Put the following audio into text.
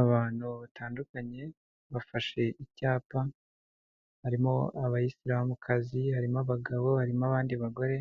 Abantu batandukanye, bafashe icyapa, harimo abayisilamukazi, harimo abagabo, harimo abandi bagore,